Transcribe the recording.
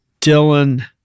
Dylan